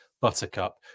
Buttercup